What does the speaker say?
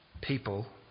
people